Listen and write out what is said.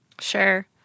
Sure